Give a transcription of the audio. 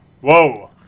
whoa